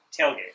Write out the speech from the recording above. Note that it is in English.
tailgate